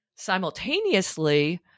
simultaneously